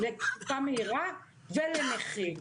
קופה מהירה ולנכים.